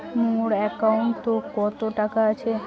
মোর একাউন্টত কত টাকা আছে?